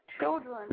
children